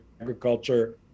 agriculture